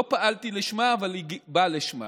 פעלתי לשמה, אבל בא לשמה.